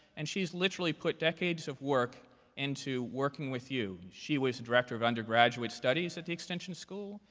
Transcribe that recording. and she's literally put decades of work into working with you. she was director of undergraduate studies at the extension school.